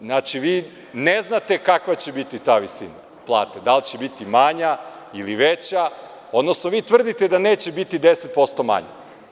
Znači, vi ne znate kakva će biti ta visina plate, da li će biti manja ili veća, odnosno, vi tvrdite da neće biti 10% manja.